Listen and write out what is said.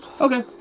Okay